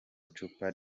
icupa